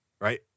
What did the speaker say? right